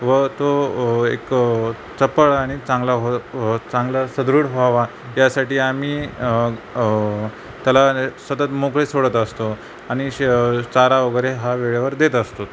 व तो एक चपळ आणि चांगला हो चांगला सुदृढ व्हावा यासाठी आम्ही त्याला सतत मोकळे सोडत असतो आणि श चारावगैरे हा वेळेवर देत असतो